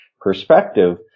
perspective